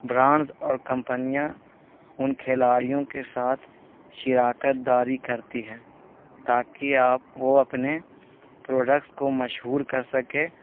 brands اور کمپنیاں ان کھلاڑیوں کے ساتھ شراکت داری کرتی ہے تاکہ آپ وہ اپنے پروڈکٹس کو مشہور کر سکیں